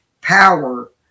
power